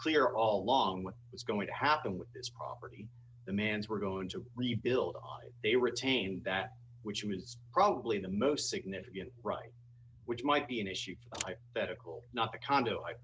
clear all along what was going to happen with this property the man's were going to rebuild all they retained that which was probably the most significant right which might be an issue that a cool not a condo i